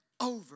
over